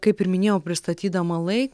kaip ir minėjau pristatydama lai